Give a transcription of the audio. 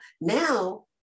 Now